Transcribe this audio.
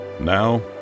Now